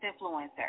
influencer